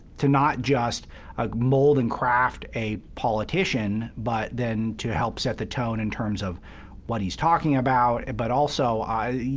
to not just mold and craft a politician, but then to help set the tone in terms of what he's talking about, but also, you